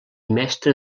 mestre